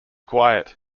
quiet